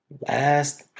Last